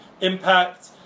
impact